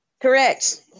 Correct